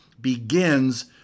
begins